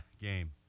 game